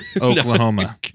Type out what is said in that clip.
oklahoma